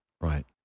right